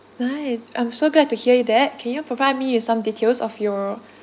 right I'm so glad to hear that can you provide me with some details of your